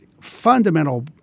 fundamental